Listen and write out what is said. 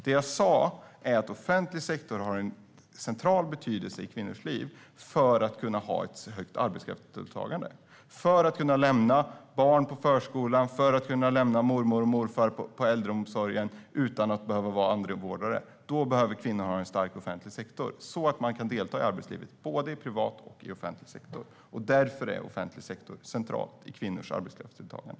Det jag sa var att offentlig sektor har en central betydelse i kvinnors liv för att kvinnor ska kunna ha ett högt arbetskraftsdeltagande, för att de ska kunna lämna barn på förskola och kunna lämna mormor och morfar på äldreomsorgen utan att behöva vara anhörigvårdare behöver kvinnor ha en stark offentlig sektor, så att de kan delta i arbetslivet, både i privat och i offentlig sektor. Därför är offentlig sektor central i kvinnors arbetskraftsdeltagande.